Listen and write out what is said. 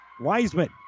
Wiseman